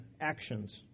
actions